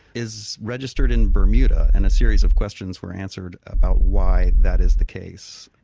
is registered in bermuda, and a series of questions were answered about why that is the case.